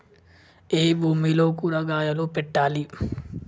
ఏ భూమిలో కూరగాయలు పెట్టాలి?